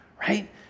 right